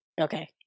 okay